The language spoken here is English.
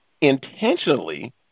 intentionally